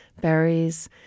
berries